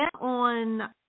on